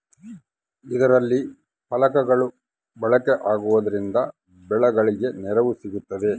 ಇದರಲ್ಲಿ ಫಲಕಗಳು ಬಳಕೆ ಆಗುವುದರಿಂದ ಬೆಳೆಗಳಿಗೆ ನೆರಳು ಸಿಗುತ್ತದೆ